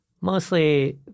Mostly